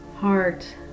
heart